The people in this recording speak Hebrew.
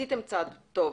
עשיתם צעד טוב,